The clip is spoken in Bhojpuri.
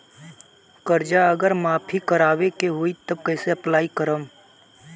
कर्जा अगर माफी करवावे के होई तब कैसे अप्लाई करम?